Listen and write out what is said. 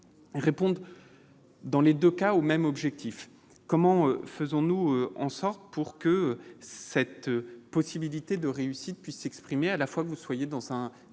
répondent dans les 2 cas au même objectif : comment faisons-nous en sorte pour que cette possibilité de réussite puisse s'exprimer à la fois que vous soyez dans un